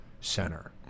center